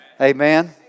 Amen